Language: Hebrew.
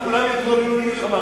אולי הם התכוננו למלחמה.